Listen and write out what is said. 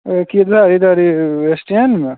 यह किधर इधर में